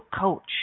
coach